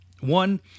One